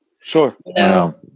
Sure